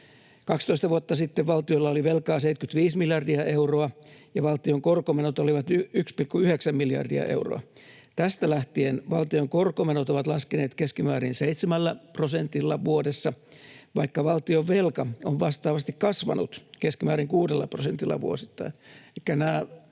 12 vuotta sitten valtiolla oli velkaa 75 miljardia euroa ja valtion korkomenot olivat 1,9 miljardia euroa. Tästä lähtien valtion korkomenot ovat laskeneet keskimäärin seitsemällä prosentilla vuodessa, vaikka valtionvelka on vastaavasti kasvanut keskimäärin kuudella prosentilla vuosittain.